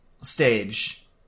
stage